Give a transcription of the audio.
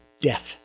death